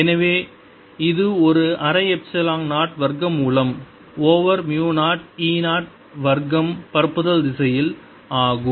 எனவே இது ஒரு அரை எப்சிலான் 0 வர்க்க மூலம் ஓவர் மு 0 e 0 வர்க்கம் பரப்புதல் திசையில் ஆகும்